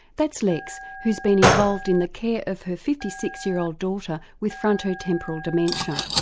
that's lex, who's been involved in the care of her fifty six year old daughter with frontotemporal dementia.